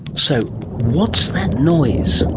so what's that noise?